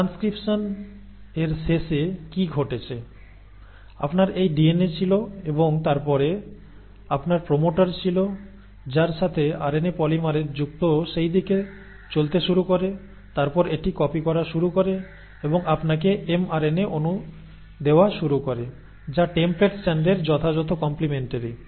transcription এর শেষে কি ঘটেছে আপনার এই ডিএনএ ছিল এবং তারপরে আপনার প্রোমোটার ছিল যার সাথে আরএনএ পলিমেরেজ যুক্ত সেইদিকে চলতে শুরু করে তারপরে এটি কপি করা শুরু করে এবং আপনাকে এমআরএনএ অণু দেওয়া শুরু করে যা টেম্পলেট স্ট্র্যান্ডের যথাযথ কম্প্লেমেন্টারি